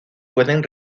pueden